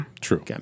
True